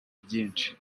byinshi